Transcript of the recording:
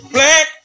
Black